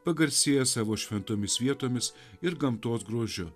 pagarsėjęs savo šventomis vietomis ir gamtos grožiu